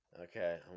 Okay